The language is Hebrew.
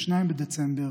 2 בדצמבר,